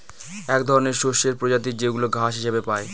এক ধরনের শস্যের প্রজাতি যেইগুলা ঘাস হিসেবে পাই